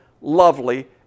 lovely